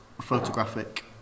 photographic